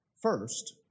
First